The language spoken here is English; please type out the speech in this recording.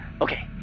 okay